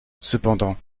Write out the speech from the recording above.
cependant